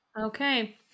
Okay